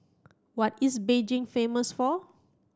what is Beijing famous for